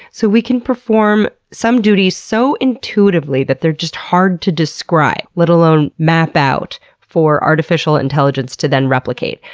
so, we can perform some duties so intuitively that they're just hard to describe, let alone map out for artificial intelligence to then replicate.